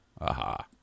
Aha